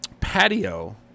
patio